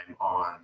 on